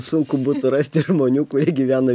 sunku būtų rasti žmonių kurie gyvena